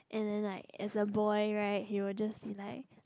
and then like as a boy right he will just see like